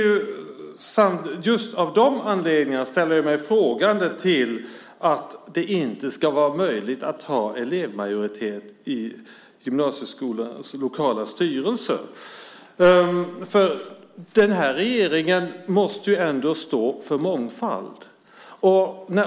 Just av den anledningen ställer jag mig frågande till att det inte ska vara möjligt att ha elevmajoritet i gymnasieskolans lokala styrelser. Den här regeringen måste ändå stå för mångfald.